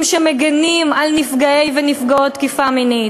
שמגינים על נפגעי ונפגעות תקיפה מינית,